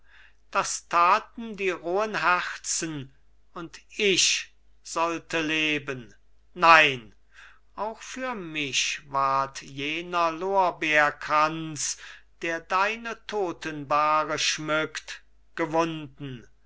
das taten die rohen herzen und ich sollte leben nein auch für mich ward jener lorbeerkranz der deine totenbahre schmückt gewunden